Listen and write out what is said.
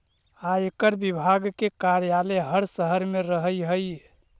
आयकर विभाग के कार्यालय हर शहर में रहऽ हई